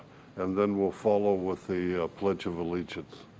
and then we'll follow with the pledge of allegiance.